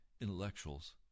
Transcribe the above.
intellectuals